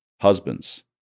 husbands